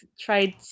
tried